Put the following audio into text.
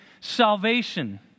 salvation